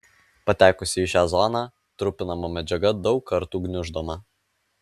patekusi į šią zoną trupinama medžiaga daug kartų gniuždoma